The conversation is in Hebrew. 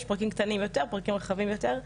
יש פרקים קטנים יותר פרקים רחבים יותר,